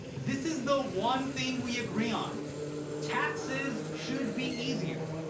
this is the one thing we agree on taxes should be easier.